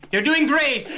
you're going great.